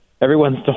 Everyone's